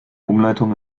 umleitung